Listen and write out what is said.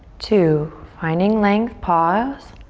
two. finding length, pause.